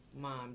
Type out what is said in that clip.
mom